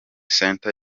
center